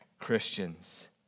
Christians